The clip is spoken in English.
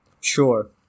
Sure